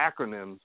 acronyms